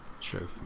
True